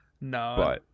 No